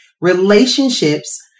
Relationships